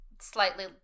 slightly